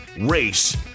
race